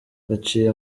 baciye